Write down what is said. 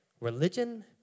Religion